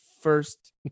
first